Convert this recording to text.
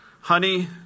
honey